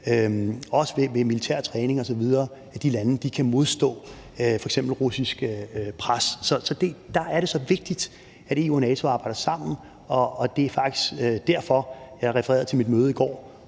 også ved militær træning osv., så de lande kan modstå f.eks. russisk pres. Så der er det så vigtigt, at EU og NATO arbejder sammen, og det er faktisk derfor, at jeg refererede til mit møde i går,